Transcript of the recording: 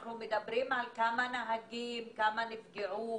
אתמול אמורה הייתה להיות ישיבה עם המנכ"ל ועם עורך הדין שלנו,